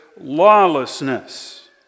lawlessness